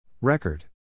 Record